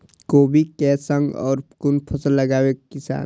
कोबी कै संग और कुन फसल लगावे किसान?